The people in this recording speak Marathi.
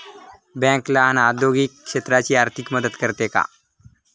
बँक लहान औद्योगिक क्षेत्राची आर्थिक मदत करते का?